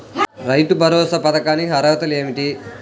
రైతు భరోసా పథకానికి అర్హతలు ఏమిటీ?